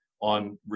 on